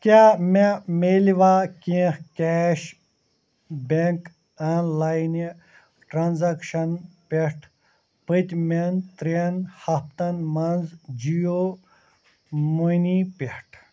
کیٛاہ مےٚ میلیواہ کیٚنٛہہ کیش بیٚنٛک آن لایِنہٕ ٹرٛانٛزیکشن پٮ۪ٹھ پٔتۍمٮ۪ن ترٛٮ۪ن ہفتن مَنٛز جِیو مُنی پٮ۪ٹھ